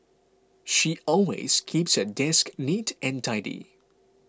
she always keeps her desk neat and tidy